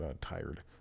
tired